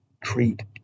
treat